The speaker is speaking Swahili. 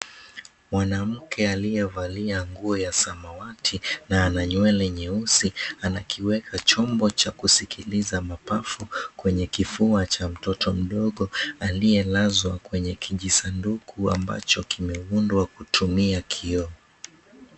Mwanamke aliyevalia nguo ya samawati, na ana nywele nyeusi. Anakiweka chombo cha kusikiliza mapafu, kwenye kifua cha mtoto, mdogo aliye nazo kwenye kijisanduku ambacho kimeundwa kutumia kioo.